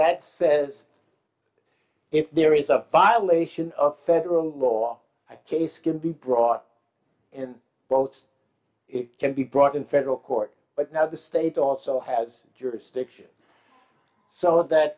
that says if there is a violation of federal law a case can be brought and both it can be brought in federal court but now the state also has jurisdiction so that